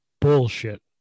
bullshit